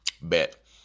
Bet